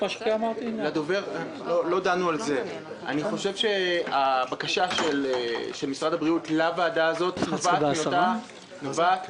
אני חושב שהבקשה של משרד הבריאות לוועדה הזאת נובעת